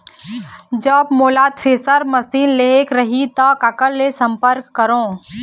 जब मोला thresher machine लेहेक रही ता काकर ले संपर्क करों?